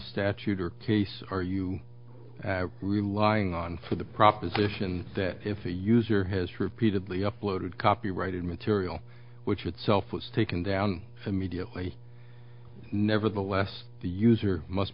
statute or are you relying on for the proposition that if a user has repeatedly uploaded copyrighted material which itself was taken down immediately nevertheless the user must